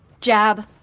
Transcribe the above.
jab